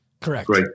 correct